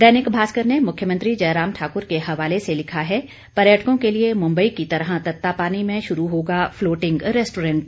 दैनिक भास्कर ने मुख्यमंत्री जयराम ठाकुर के हवाले से लिखा है पर्यटकों के लिये मुम्बई की तरह तत्तापानी में शुरू होगा फ्लोटिंग रेस्टोरेंट